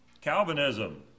Calvinism